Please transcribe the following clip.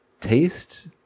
taste